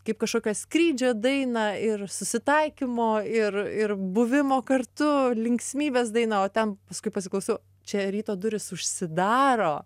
kaip kažkokią skrydžio dainą ir susitaikymo ir ir buvimo kartu linksmybės daina o ten paskui pasiklausau čia ryto durys užsidaro